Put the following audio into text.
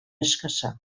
eskasa